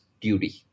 duty